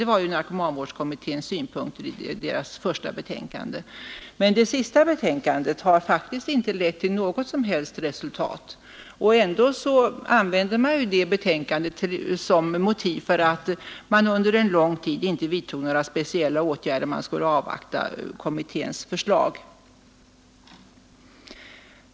Det var ju narkomanvårdskommitténs synpunkter i dess första betänkande. Men det senaste betänkandet har faktiskt inte lett till något som helst resultat, och ändå använde man det som motiv för att man under en lång tid inte vidtog några speciella åtgärder — man skulle avvakta kommitténs förslag.